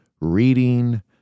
reading